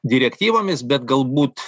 direktyvomis bet galbūt